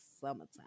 summertime